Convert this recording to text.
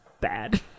bad